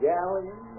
Galleon